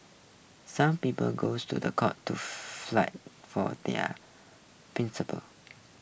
some people goes to the court to flight for their principles